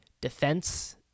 Defense